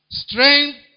strength